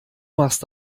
machst